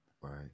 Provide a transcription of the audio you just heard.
Right